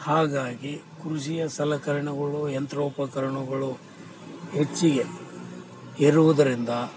ಹಾಗಾಗಿ ಕೃಷಿಯ ಸಲಕರಣೆಗಳು ಯಂತೋಪಕರಣಗಳು ಹೆಚ್ಚಿಗೆ ಇರುವುದರಿಂದ